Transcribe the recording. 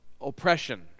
oppression